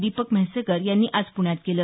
दीपक म्हैसेकर यांनी आज पुण्यात केलं